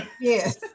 Yes